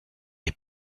est